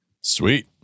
Sweet